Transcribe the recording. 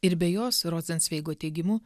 ir be jos rozencveigo teigimu